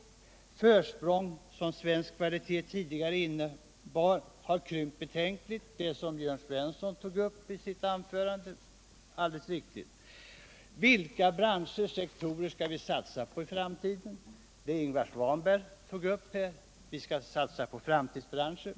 Det försprång som svensk kvalitet tidigare inneburit har krympt betänkligt - som Jörn Svensson helt riktigt nämnde i sitt anförande. Vilka branscher och sektorer skall vi satsa på i framtiden? Ingvar Svanberg tog upp att vi skall satsa på framtidsbranscher.